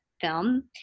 film